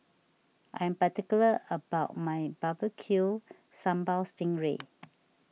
I am particular about my Barbecue Sambal Sting Ray